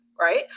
right